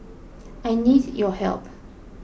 I need your help